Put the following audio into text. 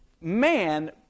man